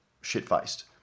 shit-faced